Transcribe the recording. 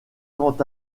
quant